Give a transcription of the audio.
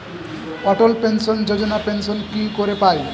অটল Pension Yojana pension কি করে পায়?